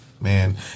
Man